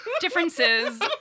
differences